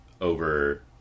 over